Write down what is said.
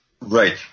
Right